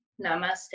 Namaste